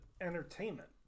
entertainment